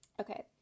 okay